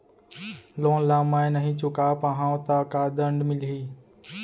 Loan ला मैं नही चुका पाहव त का दण्ड मिलही?